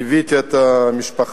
ליוויתי את המשפחה,